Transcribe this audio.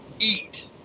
eat